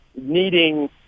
needing